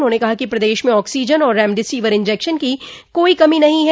उन्होंने कहा कि प्रदेश में ऑक्सीजन और रेमडेसिविर इंजेक्शन की कोई कमी नहीं है